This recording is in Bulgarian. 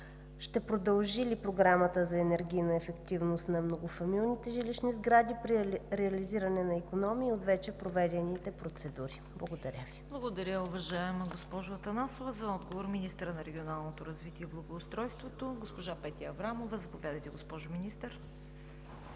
Ще продължи ли Програмата за енергийна ефективност на многофамилните жилищни сгради при реализиране на икономии от вече проведените процедури? Благодаря Ви. ПРЕДСЕДАТЕЛ ЦВЕТА КАРАЯНЧЕВА: Благодаря, уважаема госпожо Атанасова. За отговор – министърът на регионалното развитие и благоустройството госпожа Петя Аврамова. Заповядайте, госпожо Министър.